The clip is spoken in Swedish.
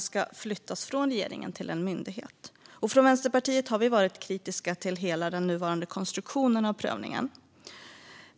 ska flyttas från regeringen till en myndighet. Från Vänsterpartiet har vi varit kritiska till hela den nuvarande konstruktionen av prövningen.